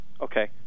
Okay